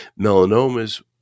Melanomas